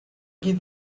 did